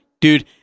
Dude